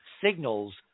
signals